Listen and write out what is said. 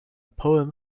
poem